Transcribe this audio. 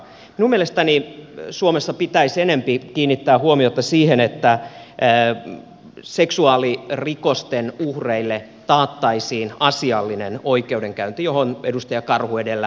minun mielestäni suomessa pitäisi enempi kiinnittää huomiota siihen että seksuaalirikosten uhreille taattaisiin asiallinen oikeudenkäynti johon edustaja karhu edellä viittasi